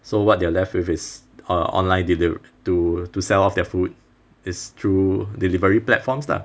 so what they're left with is uh online delivery to to sell off their food is through delivery platforms lah